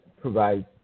provide